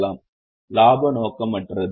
இலாப நோக்கற்றது